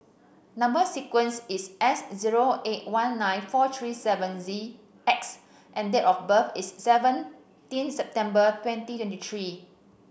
number sequence is S zero eight one nine four three seven Z X and date of birth is seventeen September twenty twenty three